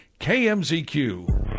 KMZQ